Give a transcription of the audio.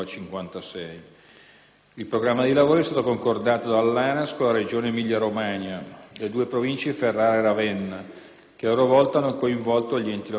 Il programma dei lavori è stato concordato dall'ANAS con la Regione Emilia-Romagna e le due Province di Ferrara e di Ravenna che, a loro volta, hanno coinvolto gli enti locali interessati.